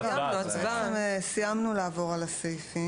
סיימנו לעבור על הסעיפים.